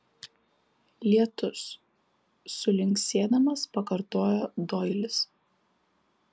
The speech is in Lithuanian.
lietus sulinksėdamas pakartojo doilis